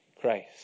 christ